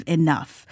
enough